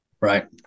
Right